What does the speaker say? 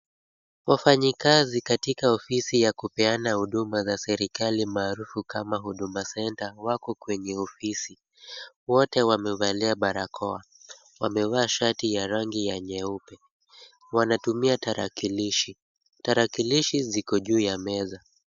Wafanyikazi katika ofisi ya kupeana huduma za serikali maarufu kama Huduma center, wako kwenye ofisi. Wote wamevalia barakoa. Wamevaa shati ya rangi ya nyeupe. Wanatumia tarakilishi. Tarakilishi ziko juu ya meza.